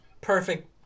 Perfect